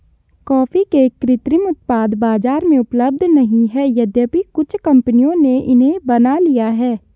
coffee के कृत्रिम उत्पाद बाजार में उपलब्ध नहीं है यद्यपि कुछ कंपनियों ने इन्हें बना लिया है